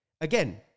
again